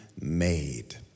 made